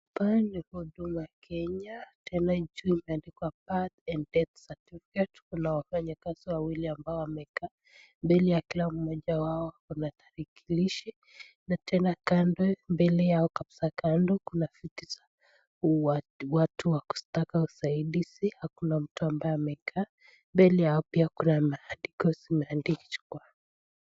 Hapa ni huduma Kenya, tena juu imeandikwa virth and death certificate ,kuna wafnyikazi wawili ambao wamekaa, mbele ya kila mmoja wao kuna tarakilishi na tena kando ,mbele yao kabisa kando kuna viti za watu wa kutaka usaidizi, hakuna mtu ambaye amekaa, mbele yao pia kuna maandiko zimeandikwa.